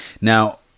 Now